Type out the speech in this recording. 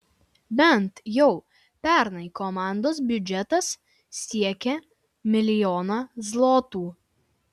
bent jau pernai komandos biudžetas siekė milijoną zlotų